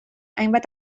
hainbat